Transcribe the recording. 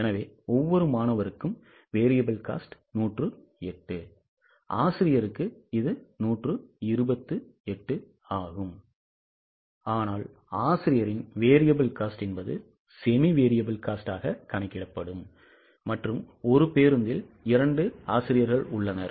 எனவே ஒவ்வொரு மாணவருக்கும் variable cost 108 ஆசிரியருக்கு இது 128 ஆகும் ஆனால் ஆசிரியரின் variable cost என்பது semi variable cost ஆக கணக்கிடப்படும் மற்றும் ஒரு பேருந்தில் இரண்டு ஆசிரியர்கள் உள்ளனர்